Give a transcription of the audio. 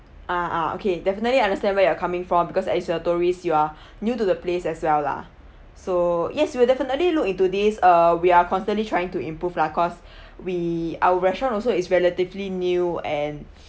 ah ah okay definitely understand where you're coming from because as a tourists you are new to the place as well lah so yes we will definitely look into this uh we are constantly trying to improve lah cause we our restaurant also is relatively new and